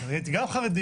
אני הייתי גם חרדים,